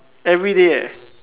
everyday